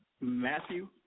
Matthew